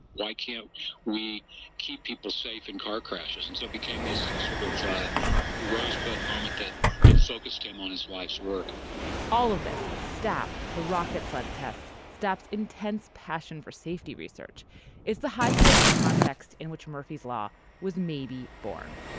why can't we keep people safe in car crashes? and so it became this sort of rosebud moment that just focused him on his life's work all of this the rockets blood test stops. intense passion for safety research is the high stakes context in which murphy's law was maybe born.